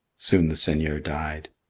soon the seigneur died.